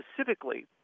specifically